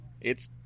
it's-